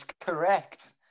correct